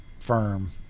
firm